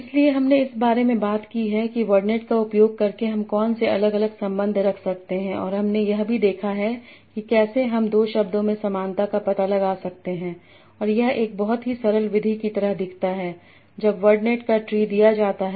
इसलिए हमने इस बारे में बात की है कि वर्डनेट का उपयोग करके हम कौन से अलग अलग संबंध रख सकते हैं और हमने यह भी देखा है कि कैसे हम दो शब्दों में समानता का पता लगा सकते हैं और यह एक बहुत ही सरल विधि की तरह दिखता है जब वर्डनेट का ट्री दिया जाता है